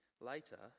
later